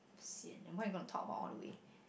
sian and what you going to talk about all the way